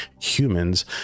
humans